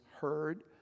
heard